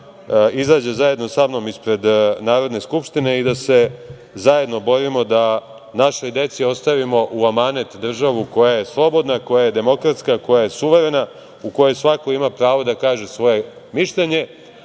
da izađe zajedno sa mnom ispred Narodne skupštine i da se zajedno borimo da našoj deci ostavimo u amanet državu koja je slobodna, koja je demokratska, koja je suverena, u kojoj svako ima pravo da kaže svoje mišljenje,